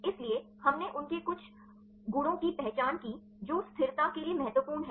इसलिए हमने उनके कुछ गुणों की पहचान की जो स्थिरता के लिए महत्वपूर्ण हैं